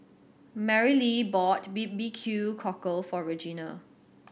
Marylee bought B B Q Cockle for Regena